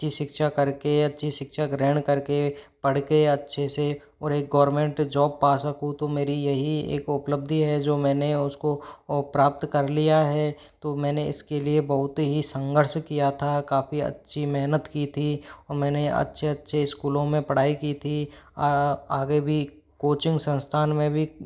अच्छी शिक्षा कर के अच्छी शिक्षा ग्रहण कर के पढ़ कर अच्छे से और एक गवर्नमेंट जॉब पा सकूँ तो मेरी यही एक उपलब्धि है जो मैंने उसको प्राप्त कर लिया है तो मैंने इसके लिए बहुत ही संघर्ष किया था काफ़ी अच्छी मेहनत की थी और मैंने अच्छे अच्छे स्कूलो में पढ़ाई की थी आगे भी कोचिंग संस्थान में भी